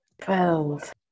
Twelve